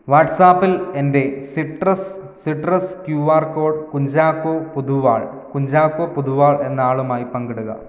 വാട്ട്സ്ആപ്പിൽ എൻ്റെ citrus citrus Q R code കുഞ്ചാക്കോപുതുവാൾ കുഞ്ചാക്കോപുതുവാൾ എന്നയാളുമായി പങ്കിടുക